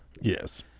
Yes